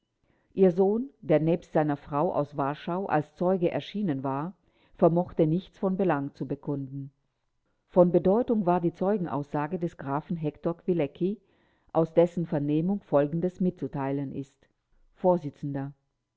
ihr sohn der nebst seiner frau aus warschau als zeuge erschienen war vermochte nichts von belang zu bekunden von bedeutung war die zeugenaussage des grafen hektor kwilecki aus dessen vernehmung folgendes mitzuteilen ist